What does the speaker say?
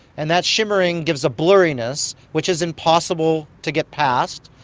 and that shimmering gives a blurriness which is impossible to get past.